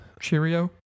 Cheerio